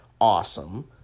awesome